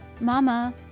Mama